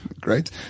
Great